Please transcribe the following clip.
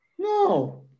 no